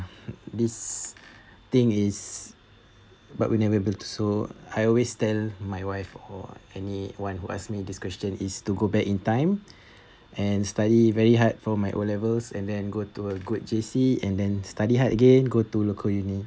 this thing is but we never built so I always tell my wife or anyone who asked me this question is to go back in time and study very hard for my O levels and then go to a good J_C and then study hard again go to local uni